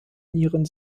nieren